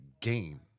gain